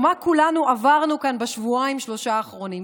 מה כולנו עברנו כאן בשבועיים-שלושה האחרונים?